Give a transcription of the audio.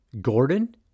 Gordon